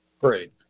great